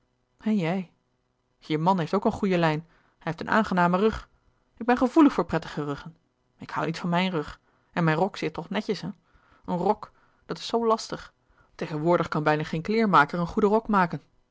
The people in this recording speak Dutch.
en jij je man heeft ook een goeie lijn hij heeft een aangename rug ik ben gevoelig voor prettige ruggen ik hoû niet van mijn rug en mijn rok zit toch netjes hè een rok louis couperus de boeken der kleine zielen dat is zoo lastig tegenwoordig kan bijna geen kleêrmaker een goede rok maken